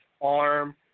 arm